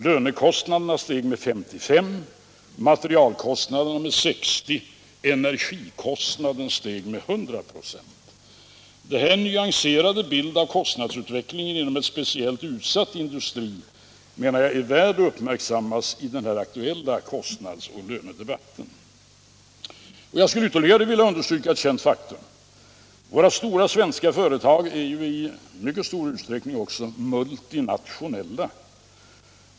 Lönekostnaderna steg med 55, materialkostnaderna med 60, energikostnaden steg med 100 96. Den här nyanserade bilden av kostnadsutvecklingen inom en speciellt utsatt industri är, menar jag, värd att uppmärksammas i den aktuella kostnadsoch lönedebatten. Jag skulle ytterligare vilja understryka ett känt faktum. Våra stora svenska företag är i mycket stor utsträckning också multinationella.